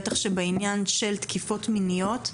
בטח בעניין של תקיפות מיניות,